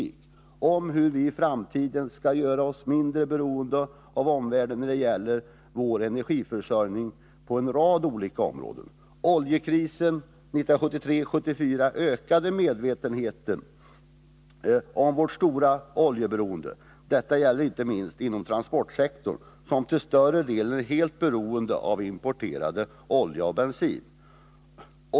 Det handlar om hur vi i framtiden skall kunna göra oss mindre beroende av omvärlden när det gäller vår energiförsörjning på en rad olika områden. Oljekrisen 1973-1974 ökade medvetenheten om vårt stora oljeberoende. Detta gällde inte minst transportsektorn, som till större delen är helt beroende av importerad olja och bensin.